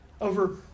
over